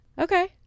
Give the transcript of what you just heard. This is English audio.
okay